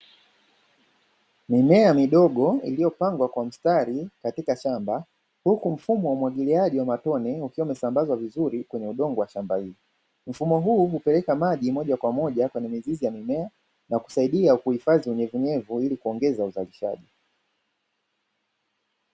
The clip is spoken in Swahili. Mimea midogo iliyopangwa kwa mstari katika shamba huku mfumo wa umwagiliaji wa matone ukiwa umesambazwa vizuri kwenye udongo wa shamba hili. Mfumo huu hupeleka maji moja kwa moja kwenye mizizi ya mimea na kusaidia kuhifadhi unyevu unyevu ili kuongeza uzalishaji.